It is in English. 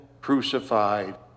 crucified